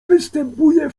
występuje